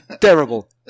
terrible